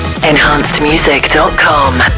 enhancedmusic.com